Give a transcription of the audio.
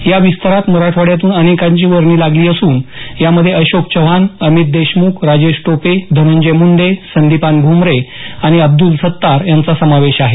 या विस्तारात मराठवाड्यातून अनेकांची वर्णी लागत असून यामध्ये अशोक चव्हाण अमित देशमुख राजेश टोपे धनंजय मुंडे संदीपान भुमरे आणि अब्दुल सत्तार यांचा समावेश आहे